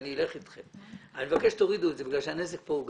אני אלך אתכם אבל אני מבקש שתורידו את זה כי הנזק כאן הוא גדול.